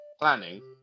Planning